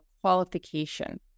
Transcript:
qualification